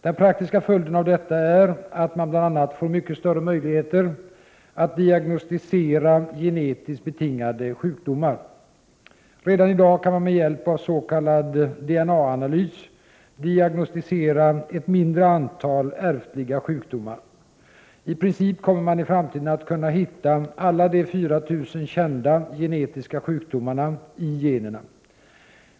Den praktiska följden av detta är att man bl.a. får mycket större möjligheter att diagnostisera genetiskt betingade sjukdomar. Redan i dag kan man med hjälp av s.k. DNA-analys diagnostisera ett mindre antal ärftliga sjukdomar. I princip kommer man i framtiden att kunna hitta alla de 4 000 kända genetiska sjukdomarna i generna.